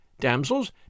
damsels